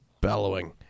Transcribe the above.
bellowing